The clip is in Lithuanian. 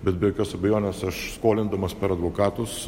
bet be jokios abejonės aš skolindamas per advokatus